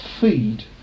feed